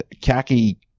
khaki